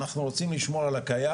אנחנו רוצים לשמור על הקיים.